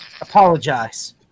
Apologize